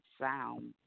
sound